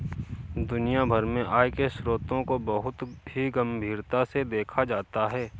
दुनिया भर में आय के स्रोतों को बहुत ही गम्भीरता से देखा जाता है